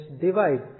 divide